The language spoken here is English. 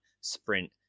sprint